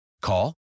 Call